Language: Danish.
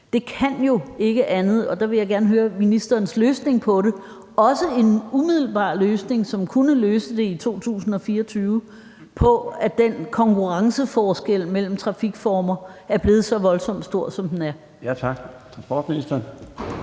for de sidste 15 år, og der vil jeg gerne høre, hvad der er ministerens løsning på det, også en umiddelbar løsning, som kunne løse det i 2024, altså at den konkurrenceforskel mellem trafikformerne er blevet så voldsomt stor, som den er. Kl.